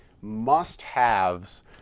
must-haves